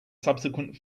subsequent